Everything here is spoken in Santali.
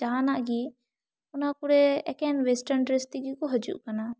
ᱡᱟᱦᱟᱱᱟᱜ ᱜᱤ ᱚᱱᱟᱠᱩᱨᱮ ᱮᱠᱮᱱ ᱚᱭᱮᱥᱴᱨᱟᱱ ᱰᱨᱮᱥ ᱛᱮᱜᱤ ᱠᱩ ᱦᱤᱡᱩᱜ ᱠᱟᱱᱟ